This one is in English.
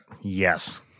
Yes